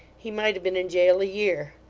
he might have been in jail a year.